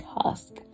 task